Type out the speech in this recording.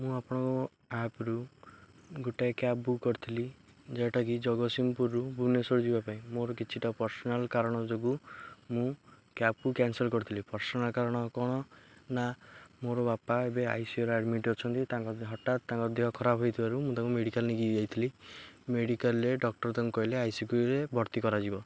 ମୁଁ ଆପଣଙ୍କ ଆପରୁ ଗୋଟେ କ୍ୟାବ୍ ବୁକ୍ କରିଥିଲି ଯେଉଁଟାକି ଜଗତସିଂହପୁରରୁ ଭୁବନେଶ୍ୱର ଯିବା ପାଇଁ ମୋର କିଛିଟା ପର୍ସନାଲ୍ କାରଣ ଯୋଗୁଁ ମୁଁ କ୍ୟାବ୍କୁ କ୍ୟାାନସଲ୍ କରିଥିଲି ପର୍ସନାଲ କାରଣ କ'ଣ ନା ମୋର ବାପା ଏବେ ଆଇସିୟୁରେ ଆଡ଼ମିଟ୍ ଅଛନ୍ତି ତାଙ୍କ ହଠାତ୍ ତାଙ୍କ ଦେହ ଖରାପ ହେଇଥିବାରୁ ମୁଁ ତାଙ୍କୁ ମେଡ଼ିକାଲ୍ ନେଇକି ଯାଇଥିଲି ମେଡ଼ିକାଲ୍ରେ ଡକ୍ଟର ତାଙ୍କୁ କହିଲେ ଆଇସିିୟୁରେ ଭର୍ତ୍ତି କରାଯିବ